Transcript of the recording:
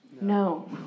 No